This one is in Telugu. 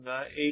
15